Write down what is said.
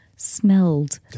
smelled